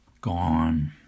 gone